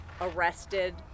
arrested